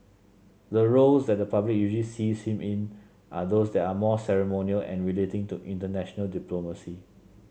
the roles that the public usually sees him in are those that are more ceremonial and relating to international diplomacy